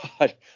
God